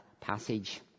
passage